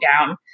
down